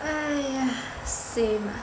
!aiya! same ah